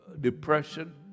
depression